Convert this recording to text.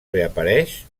reapareix